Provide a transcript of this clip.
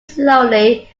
slowly